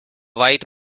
white